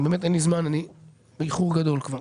באמת אין לי זמן, אני באיחור גדול כבר.